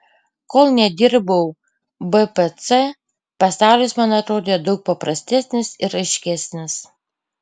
kol nedirbau bpc pasaulis man atrodė daug paprastesnis ir aiškesnis